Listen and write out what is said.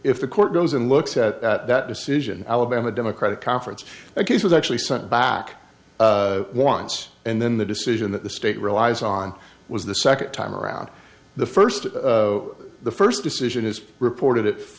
if the court goes and looks at that decision alabama democratic conference that case was actually sent back once and then the decision that the state relies on was the second time around the first the first decision is reported